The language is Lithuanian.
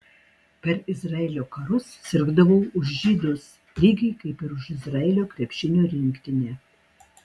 per izraelio karus sirgdavau už žydus lygiai kaip ir už izraelio krepšinio rinktinę